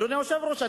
אדוני היושב-ראש,